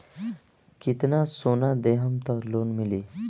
कितना सोना देहम त लोन मिली?